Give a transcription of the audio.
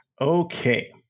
Okay